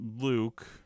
Luke